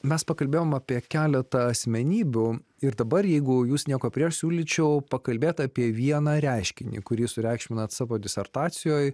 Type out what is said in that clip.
mes pakalbėjom apie keletą asmenybių ir dabar jeigu jūs nieko prieš siūlyčiau pakalbėt apie vieną reiškinį kurį jūs sureikšminat savo disertacijoj